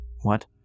What